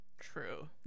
true